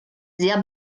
sehr